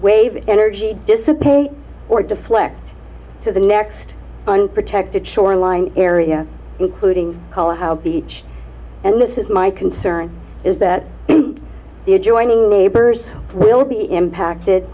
wave energy dissipate or deflect to the next unprotected shoreline area including color how beach and this is my concern is that the adjoining neighbors will be impacted